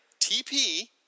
TP